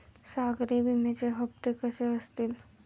सागरी विम्याचे हप्ते कसे असतील?